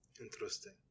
Interesting